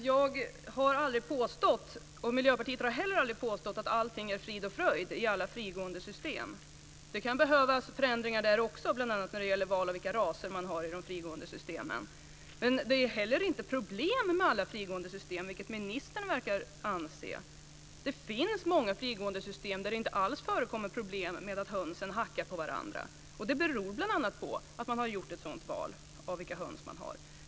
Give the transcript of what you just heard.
Fru talman! Varken jag eller Miljöpartiet har någonsin påstått att allting är frid och fröjd när det gäller alla frigåendesystem. Det kan behövas förändringar också där, bl.a. när det gäller valet av raser i frigåendesystemen. Men det är heller inte så att det är problem med alla frigåendesystem, vilket ministern verkar anse. Det finns många frigåendesystem där det inte alls förekommer några problem med att hönorna hackar på varandra. Det beror bl.a. på att man gjort ett val av höns.